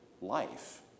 life